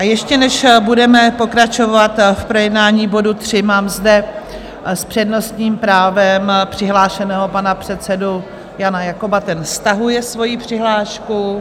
A ještě než budeme pokračovat v projednání bodu 3, mám zde s přednostním právem přihlášeného pana předsedu Jana Jakoba, ten stahuje svoji přihlášku.